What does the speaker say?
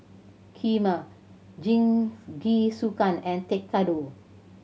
Kheema Jingisukan and Tekkadon